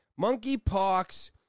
Monkeypox